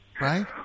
Right